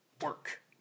work